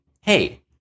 Hey